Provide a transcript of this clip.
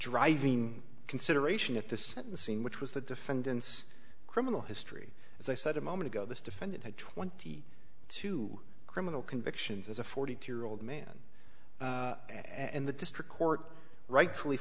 driving consideration at the sentencing which was the defendant's criminal history as i said a moment ago this defendant had twenty two criminal convictions as a forty two year old man and the district court right